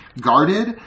guarded